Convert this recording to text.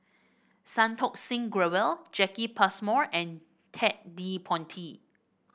Santokh Singh Grewal Jacki Passmore and Ted De Ponti